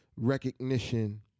recognition